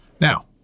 Now